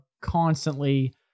constantly